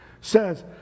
says